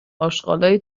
آشغالای